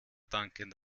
dankend